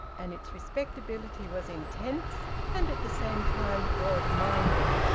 and its respectability was intense, and at the same time broad-minded.